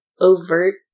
overt